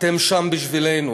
אתם שם בשבילנו,